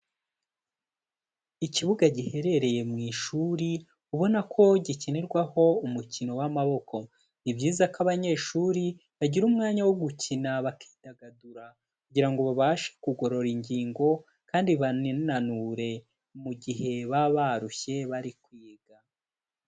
Ikibuga giherereye mu ishuri ubona ko gikinirwaho umukino w'amaboko, ni byiza ko abanyeshuri bagira umwanya wo gukina bakidagadura kugira ngo babashe kugorora ingingo kandi baninanure mu gihe baba barushye bari kwiga.